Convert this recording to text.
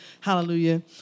Hallelujah